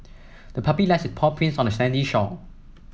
the puppy left its paw prints on the sandy shore